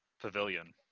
pavilion